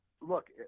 look